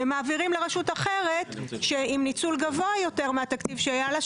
ומעבירים לרשות אחרת עם ניצול גבוה יותר מהתקציב שהיה לה,